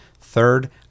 third